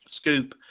scoop